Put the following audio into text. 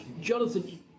Jonathan